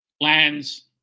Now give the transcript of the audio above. lands